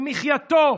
למחייתו,